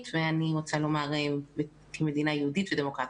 ואני רוצה לומר מדינה יהודית ודמוקרטית,